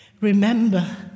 Remember